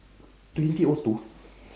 twenty O two